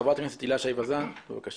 חברת הכנסת הילה שי וזאן, בבקשה.